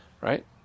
right